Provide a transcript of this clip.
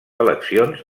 eleccions